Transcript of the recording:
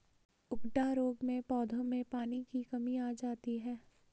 उकडा रोग में पौधों में पानी की कमी आ जाती है